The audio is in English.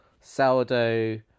sourdough